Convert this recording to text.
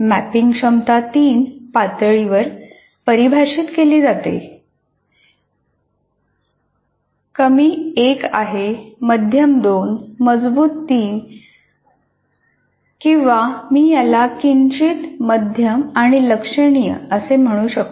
मॅपिंगची क्षमता 3 पातळीवर परिभाषित केली जाते कमी 1 आहे मध्यम 2 मजबूत 3 आहे किंवा मी याला किंचित मध्यम आणि लक्षणीय असे म्हणू शकतो